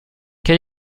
quel